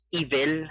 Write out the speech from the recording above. evil